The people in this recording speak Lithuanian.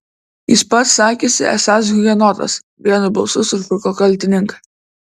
jis pats sakėsi esąs hugenotas vienu balsu sušuko kaltininkai